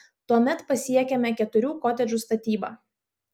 tuomet pasiekiame keturių kotedžų statybą